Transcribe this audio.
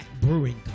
Brewing